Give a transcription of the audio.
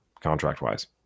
contract-wise